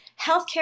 Healthcare